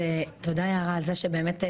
ותודה יערה על זה שבאמת,